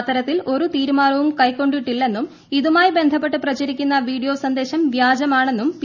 അത്തരത്തിൽ ഒരു തീരുമാനവും കൈക്കൊണ്ടിട്ടില്ലെന്നും ഇതുമായി ബന്ധപ്പെട്ട് പ്രചരിക്കുന്ന വീഡിയോ സന്ദേശം വൃാജമാണെന്നും പി